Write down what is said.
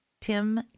Tim